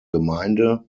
gemeinde